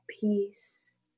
peace